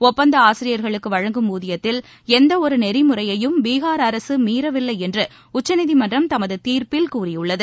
ஒப்பந்த ஆசிரியர்களுக்கு வழங்கும் ஊதியத்தில் எந்தவொரு நெறிமுறையையும் பீகா் அரசு மீறவில்லை என்று உச்சநீதிமன்றம் தமது தீர்ப்பில் கூறியுள்ளது